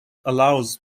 allows